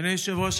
אדוני היושב-ראש,